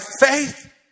faith